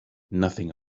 nothing